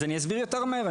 אז אני אסביר מהר יותר.